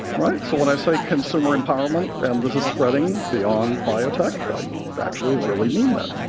right? so when i say consumer empowerment, and this is spreading beyond biotech, i actually really mean that.